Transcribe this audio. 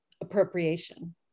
appropriation